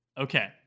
Okay